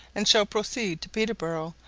and shall proceed to peterborough,